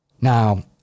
Now